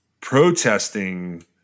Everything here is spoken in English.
protesting